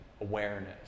awareness